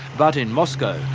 but in moscow,